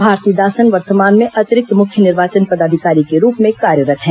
भारतीदासन वर्तमान में अतिरिक्त मुख्य निर्वाचन पदाधिकारी के रूप में कार्यरत् हैं